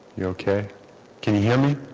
you okay can you hear me